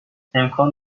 امکان